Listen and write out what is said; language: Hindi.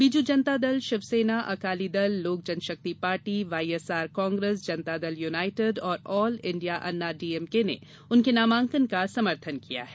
Biju Janata Dal Shiv Sena Akali Dal Lok Janshakti party YSR Congress Janata Dal United और ऑल इंडिया अन्ना डीएमके ने उनके नामांकन का समर्थन किया है